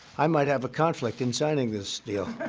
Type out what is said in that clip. i might have a conflict in signing this deal.